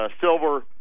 Silver